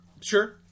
Sure